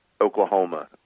oklahoma